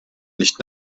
nicht